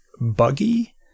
buggy